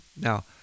Now